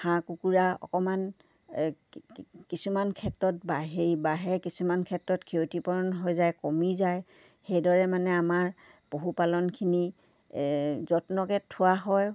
হাঁহ কুকুৰা অকমান এই কিছুমান ক্ষেত্ৰত হেৰি বাঢ়ে কিছুমান ক্ষেত্ৰত ক্ষতিপূৰণ হৈ যায় কমি যায় সেইদৰে মানে আমাৰ পশুপালনখিনি যত্নকৈ থোৱা হয়